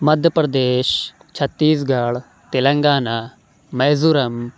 Madhya Pradesh Chhattisgarh Telangana Mizoram